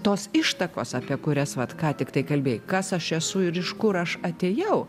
tos ištakos apie kurias vat ką tiktai kalbėjai kas aš esu ir iš kur aš atėjau